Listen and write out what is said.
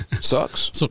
Sucks